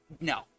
no